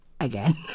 Again